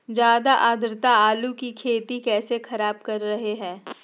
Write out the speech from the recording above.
ज्यादा आद्रता आलू की खेती कैसे खराब कर रहे हैं?